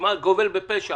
כמעט גובל בפשע